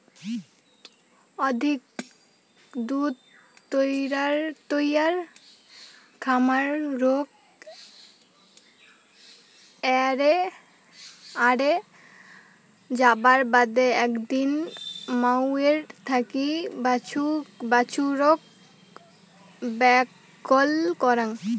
অধিক দুধ তৈয়ার খামার রোগ এ্যারে যাবার বাদে একদিনে মাওয়ের থাকি বাছুরক ব্যাগল করাং